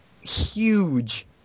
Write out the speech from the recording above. huge